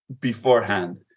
beforehand